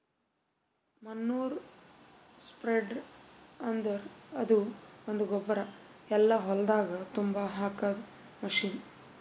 manure spreader ಅಂದುರ್ ಅದು ಒಂದು ಗೊಬ್ಬರ ಎಲ್ಲಾ ಹೊಲ್ದಾಗ್ ತುಂಬಾ ಹಾಕದ್ ಮಷೀನ್